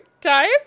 time